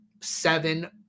seven